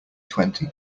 twenty